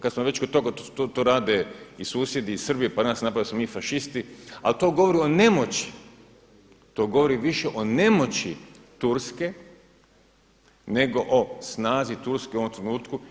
Kada smo već kod toga to rade i susjedi Srbi pa nas napadaju da smo mi fašisti, ali to govori o nemoći, to govori više o nemoći Turske nego o snazi Turske u ovom trenutku.